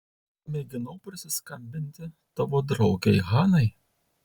mėginau prisiskambinti tavo draugei hanai